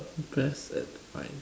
best advice